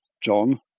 John